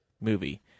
movie